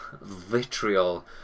vitriol